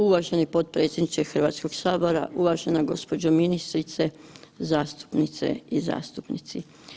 Uvaženi potpredsjedniče Hrvatskog Sabora, uvažena gospođo ministrice, zastupnice i zastupnici.